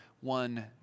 one